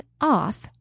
off